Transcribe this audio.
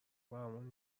برامون